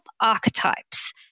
archetypes